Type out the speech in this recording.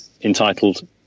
entitled